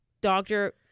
doctor